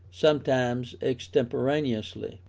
sometimes extemporaneously.